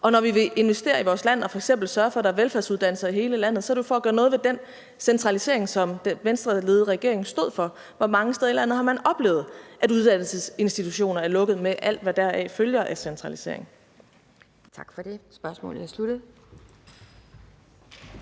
og når vi vil investere i vores land og f.eks. sørge for, at der er velfærdsuddannelser i hele landet, er det jo for at gøre noget ved den centralisering, som den Venstreledede regering stod for, hvor man mange i steder i landet har oplevet, at uddannelsesinstitutioner er lukket med alt, hvad deraf følger af centralisering.